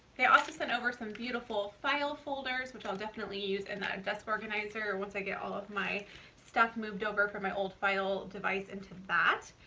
they also sent over some beautiful file folders, which i'll definitely use in and that desk organizer once i get all of my stuff moved over from my old file device into that.